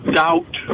doubt